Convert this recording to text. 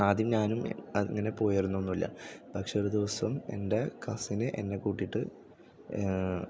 ആദ്യം ഞാനും അങ്ങനെ പോയിരൊന്നൊന്നുല്ല പക്ഷേ ഒരു ദിവസം എൻ്റെ കസിന് എന്നെ കൂട്ടിയിട്ട്